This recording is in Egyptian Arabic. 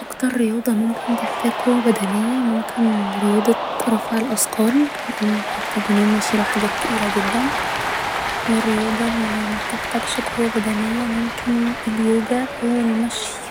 اكتر رياضة ممكن تحتاج قوة بدنية ممكن رياضة رفع الأثقال لان هيحتاجوا يشيلوا حاجات تقيلة جدا و الرياضة اللي مبتحتاجش قوة بدنية ممكن اليوجا او المشي